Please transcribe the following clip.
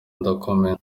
ndakomeye